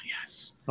Yes